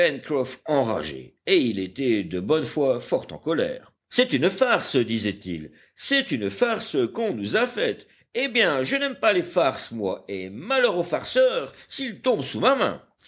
enrageait et il était de bonne foi fort en colère c'est une farce disait-il c'est une farce qu'on nous a faite eh bien je n'aime pas les farces moi et malheur au farceur s'il tombe sous ma main